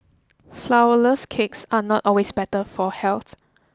flourless cakes are not always better for health